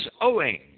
owing